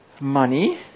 money